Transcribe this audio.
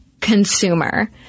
consumer